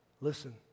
Listen